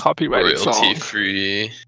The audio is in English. Royalty-free